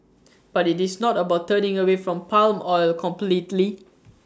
but IT is not about turning away from palm oil completely